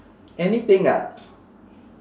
anything ah